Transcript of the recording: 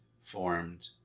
formed